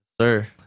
sir